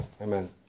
amen